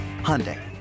Hyundai